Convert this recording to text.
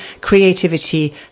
creativity